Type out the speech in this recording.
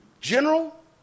General